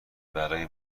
برای